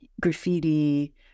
graffiti